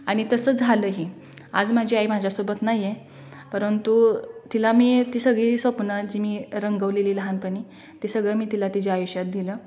आणि तसं झालंही आज माझी आई माझ्यासोबत नाही आहे परंतु तिला मी ती सगळी स्वप्नं जी मी रंगवलेली लहानपणी ते सगळं मी तिला तिच्या आयुष्यात दिलं